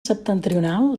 septentrional